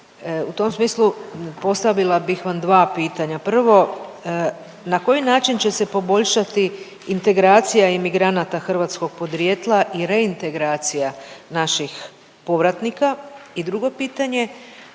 U tom smislu postavila bih vam dva pitanja. Prvo, na koji način će se poboljšati integracija imigranata hrvatskog podrijetla i reintegracija naših povratnika? I drugo pitanje,